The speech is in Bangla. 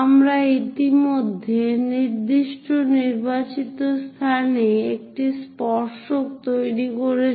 আমরা ইতিমধ্যেই নির্দিষ্ট নির্বাচিত স্থানে একটি স্পর্শক তৈরি করেছি